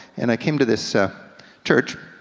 and i came to this church,